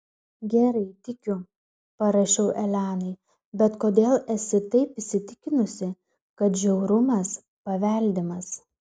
gerai tikiu parašiau elenai bet kodėl esi taip įsitikinusi kad žiaurumas paveldimas